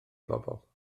bobol